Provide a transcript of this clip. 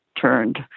turned